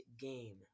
game